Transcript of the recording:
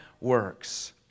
works